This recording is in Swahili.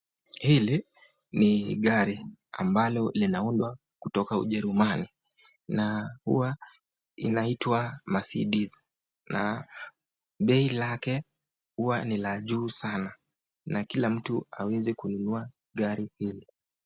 Hili ni gari ambalo linaundwa kutoka ujerumani. Na hua inaitwa Mercedes na bei lake hua ni la juu sana na kila mtu awezi kununua gari hilo.